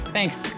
Thanks